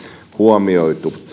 huomioitu